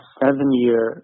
seven-year